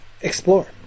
explore